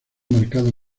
marcado